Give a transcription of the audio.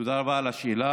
תודה רבה על השאלה.